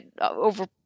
over